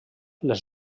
les